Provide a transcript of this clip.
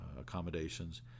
accommodations